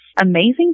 amazing